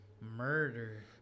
Murder